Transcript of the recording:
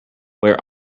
where